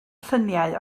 lluniau